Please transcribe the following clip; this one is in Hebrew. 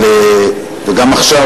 וגם עכשיו,